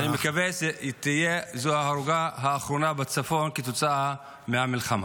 -- ואני מקווה שהיא תהיה ההרוגה האחרונה בצפון כתוצאה מהמלחמה.